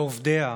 בעובדיה,